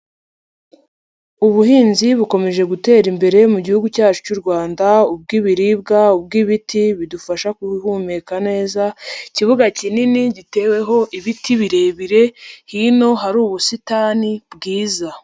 Ubuhinzi bukomeje gutera imbere mu gihugu cyacu cy'u Rwanda ubw'ibiribwa, ubw'ibiti bidufasha guhumeka neza, ikibuga kinini giteweho ibiti birebire hino hari ubusitani bwiza.